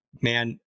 man